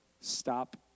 Stop